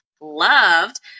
loved